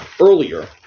earlier